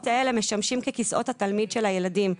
האלה משמשים ככיסאות התלמיד של ילדים.